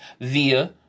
via